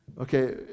okay